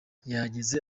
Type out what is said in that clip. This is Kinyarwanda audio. yahageze